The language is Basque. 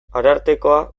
arartekoa